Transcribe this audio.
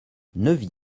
neuvy